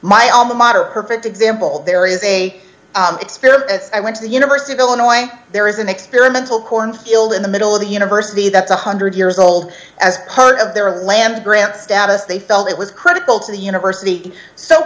my alma mater perfect example there is a experiment i went to the university of illinois there is an experimental cornfield in the middle of the university that's one hundred years old as heard of their land grant status they felt it was critical to the university so